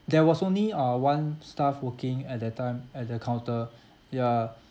there was only uh one staff working at that time at the counter ya